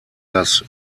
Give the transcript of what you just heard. das